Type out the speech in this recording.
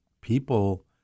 people